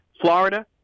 Florida